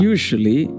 Usually